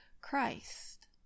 Christ